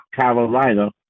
Carolina